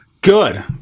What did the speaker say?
good